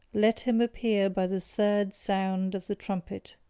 let him appear by the third sound of the trumpet.